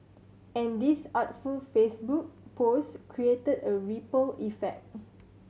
and this artful Facebook post created a ripple effect